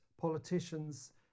politicians